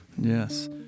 Yes